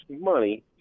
money